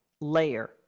layer